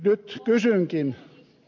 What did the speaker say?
hiihto jatkuu